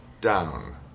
down